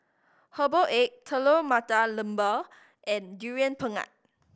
herbal egg Telur Mata Lembu and Durian Pengat